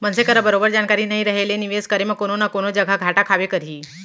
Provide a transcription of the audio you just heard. मनसे करा बरोबर जानकारी नइ रहें ले निवेस करे म कोनो न कोनो जघा घाटा खाबे करही